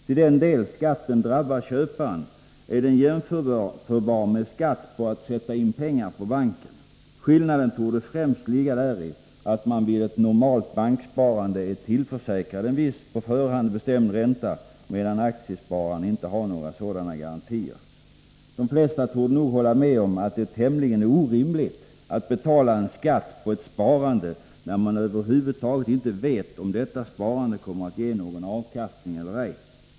Till den del skatten drabbar köparen är den jämförbar med skatt på att sätta in pengar på banken. Skillnaden torde främst ligga däri att man vid ett normalt banksparande är tillförsäkrad en viss, på förhand bestämd ränta, medan aktiespararen inte har några sådana garantier. De flesta torde nog hålla med om att det är tämligen orimligt att betala skatt på ett sparande när man över huvud taget inte vet om detta sparande kommer att ge någon avkastning.